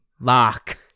lock